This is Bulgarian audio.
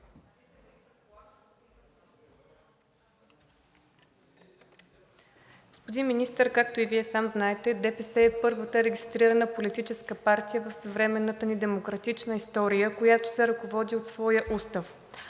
Господин Министър, както и Вие сам знаете, ДПС е първата регистрирана политическа партия в съвременната ни демократична история, която се ръководи от своя устав.